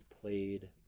played